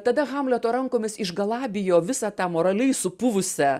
tada hamleto rankomis išgalabijo visą tą moraliai supuvusią